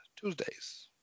Tuesdays